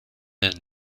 der